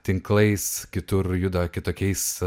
tinklais kitur juda kitokiais